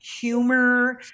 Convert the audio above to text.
humor